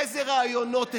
איזה רעיונות הצגתם?